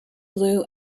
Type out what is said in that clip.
blue